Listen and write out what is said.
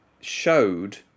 showed